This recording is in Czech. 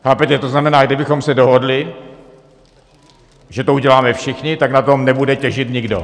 Chápete, to znamená: kdybychom se dohodli, že to uděláme všichni, tak na tom nebude těžit nikdo.